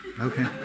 Okay